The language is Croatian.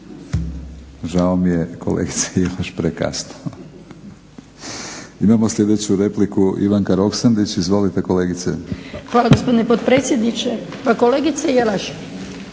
Žao mi je kolegice, prekasno. Imamo sljedeću repliku Ivanka Roksandić, izvolite kolegice. **Roksandić, Ivanka (HDZ)** Hvala gospodine potpredsjedniče. Pa kolegice Jelaš,